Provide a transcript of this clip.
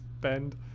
bend